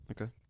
Okay